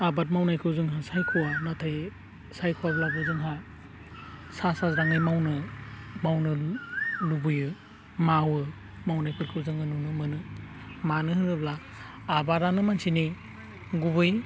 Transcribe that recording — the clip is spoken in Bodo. आबाद मावनायखौ जोङो सायख'वा नाथाय सायख'वाब्लाबो जोंहा सा साज्राङै मावनो लुबैयो मावो मावनायफोरखौ जोङो नुनो मोनो मानो होनोब्ला आबादानो मानसिनि गुबै